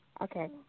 Okay